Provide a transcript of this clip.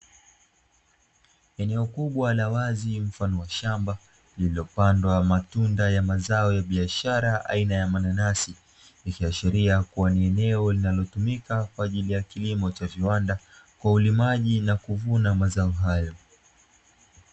Eneo kubwa la wazi mfano wa shamba, lililopandwa matunda mazao ya biashara aina ya mananasi, ikiashiria kuwa ni eneo linalotumika kwa ajili ya kilimo cha viwanda, kwa ulimaji na kuvuna mazao hayo.